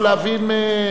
תשמע,